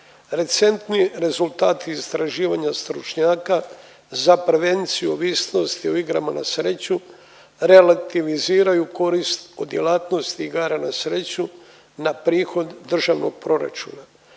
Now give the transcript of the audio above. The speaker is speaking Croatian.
Recentni rezultati istraživanja stručnjaka za prevenciju ovisnosti o igrama na sreću relativiziraju korist o djelatnosti igara na sreću na prihod državnog proračuna.